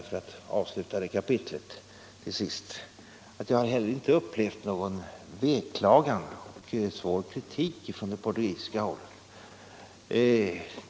För att avsluta detta kapitel vill jag säga att jag har inte heller upplevt någon veklagan och svår kritik från portugisiskt håll.